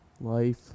life